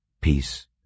Peace